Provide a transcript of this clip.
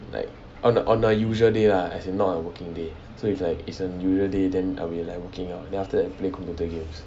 like on a on a usual day lah as in not a working day so it's like is a usual day then I'll be like working out then after that play computer games